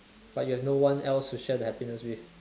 but you have no one else to share the happiness with